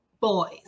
boys